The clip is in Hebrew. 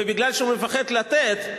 ומפני שהוא מפחד לתת,